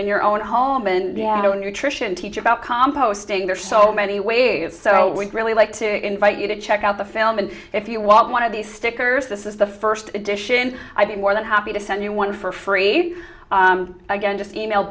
in your own home and nutrition teach about composting there's so many ways so we really like to invite you to check out the film and if you want one of these stickers this is the first edition i've been more than happy to send you one for free again just email